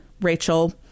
Rachel